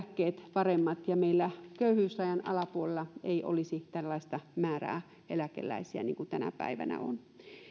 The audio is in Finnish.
paremmat eläkkeet ja köyhyysrajan alapuolella ei olisi tällaista määrää eläkeläisiä kuin tänä päivänä on